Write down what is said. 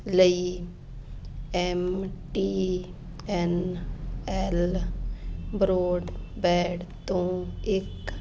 ਲਈ M T N L broadband ਤੋਂ ਇੱਕ